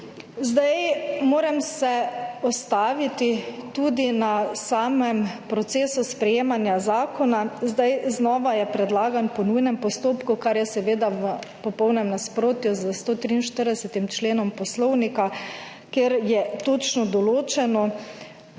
ovir. Moram se ustaviti tudi na samem procesu sprejemanja zakona. Znova je predlagan po nujnem postopku, kar je seveda v popolnem nasprotju s 143. členom Poslovnika, kjer je točno določeno